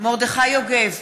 מרדכי יוגב,